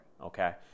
okay